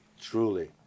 Truly